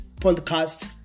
podcast